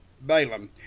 Balaam